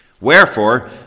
Wherefore